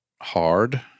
hard